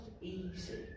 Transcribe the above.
easy